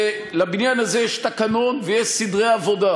לבניין הזה יש תקנון ויש סדרי עבודה,